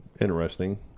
interesting